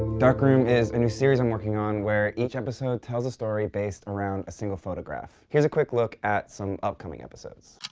darkroom is a new series i'm working on where each episode tells a story based around a single photograph. here's a quick look at some upcoming episodes.